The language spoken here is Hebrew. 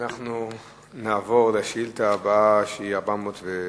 אנחנו נעבור לשאילתא הבאה, מס'